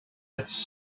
its